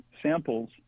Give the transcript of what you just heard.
samples